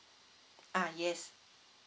ah yes